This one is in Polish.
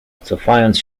cofając